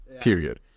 period